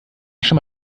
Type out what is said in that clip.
schon